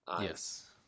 yes